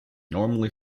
normally